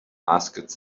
asked